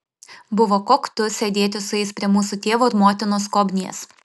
buvo koktu sėdėti su jais prie mūsų tėvo ir motinos skobnies